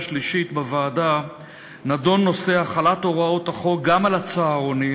שלישית בוועדה נדון נושא החלת הוראות החוק גם על הצהרונים.